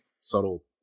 Subtle